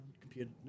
computer